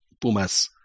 Pumas